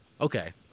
Okay